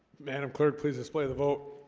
madam clerk, please display the vote